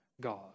God